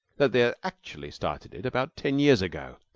that they had actually started it about ten years ago